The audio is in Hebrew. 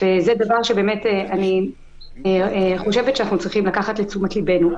וזה דבר שאני חושבת שאנחנו צריכים לקחת לתשומת ליבנו.